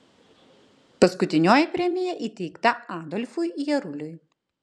paskutinioji premija įteikta adolfui jaruliui